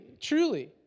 truly